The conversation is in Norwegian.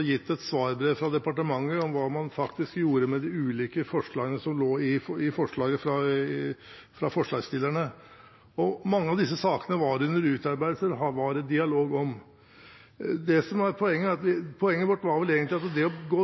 gitt et svarbrev fra departementet om hva man gjorde med de ulike forslagene som lå i forslaget fra forslagsstillerne. Mange av disse sakene var det under utarbeidelsen dialog om. Poenget vårt i denne saken var vel egentlig at det å